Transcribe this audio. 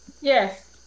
yes